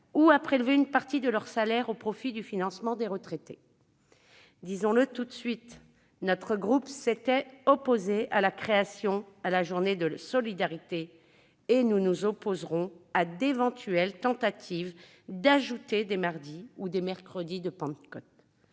ou donner une partie de leur salaire au profit du financement des retraités. Disons-le tout de suite, notre groupe s'était opposé à la création de la journée de solidarité. Nous nous opposerons à d'éventuelles tentatives d'ajouter des mardis ou des mercredis de Pentecôte